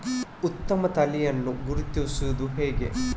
ಉತ್ತಮ ತಳಿಯನ್ನು ಗುರುತಿಸುವುದು ಹೇಗೆ?